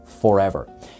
forever